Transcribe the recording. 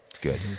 good